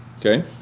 Okay